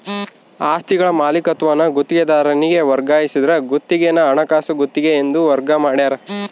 ಆಸ್ತಿಗಳ ಮಾಲೀಕತ್ವಾನ ಗುತ್ತಿಗೆದಾರನಿಗೆ ವರ್ಗಾಯಿಸಿದ್ರ ಗುತ್ತಿಗೆನ ಹಣಕಾಸು ಗುತ್ತಿಗೆ ಎಂದು ವರ್ಗ ಮಾಡ್ಯಾರ